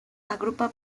agrupa